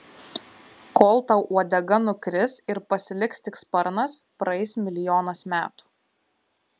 kol tau uodega nukris ir pasiliks tik sparnas praeis milijonas metų